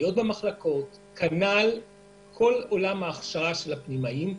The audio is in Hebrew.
וכנ"ל כל עולם ההכשרה של המתמחים.